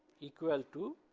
equal to